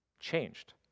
changed